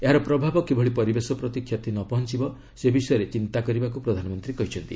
ଏହାର ପ୍ରଭାବ କିଭଳି ପରିବେଶ ପ୍ରତି କ୍ଷତି ନ ପହଞ୍ଚବ ସେ ବିଷୟରେ ଚିନ୍ତା କରିବାକୁ ପ୍ରଧାନମନ୍ତ୍ରୀ କହିଛନ୍ତି